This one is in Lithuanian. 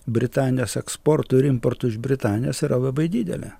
britanijos eksportu ir importu iš britanijos yra labai didelė